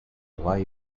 why